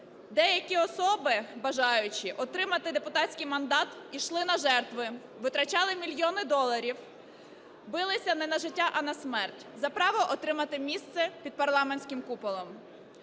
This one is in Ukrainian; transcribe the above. деякі особи, бажаючи отримати депутатський мандат, йшли на жертви, витрачали мільйони доларів, билися не на життя, а на смерть за право отримати місце під парламентським куполом.